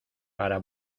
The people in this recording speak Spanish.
para